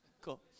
cool